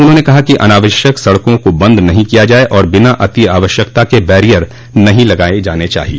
उन्होंने कहा कि अनावश्यक सड़कों को बंद नहीं किया जाय और बिना अतिआवश्यकता के बैरियर नहीं लगाये जाने चाहिए